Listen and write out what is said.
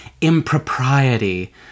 impropriety